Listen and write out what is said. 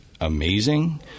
amazing